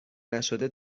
نشده